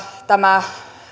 tämä